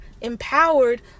empowered